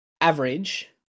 average